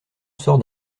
sort